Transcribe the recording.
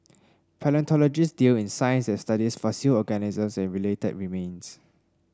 palaeontologists deal in science that studies fossil organisms and related remains